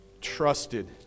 trusted